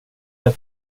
jag